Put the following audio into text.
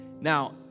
Now